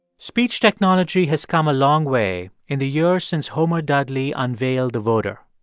speech technology has come a long way in the years since homer dudley unveiled the voder,